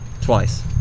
twice